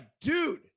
dude